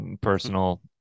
personal